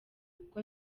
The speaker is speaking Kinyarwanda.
kuko